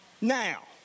Now